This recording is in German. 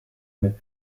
mit